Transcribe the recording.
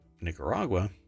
Nicaragua